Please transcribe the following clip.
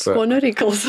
skonio reikalas